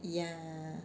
yeah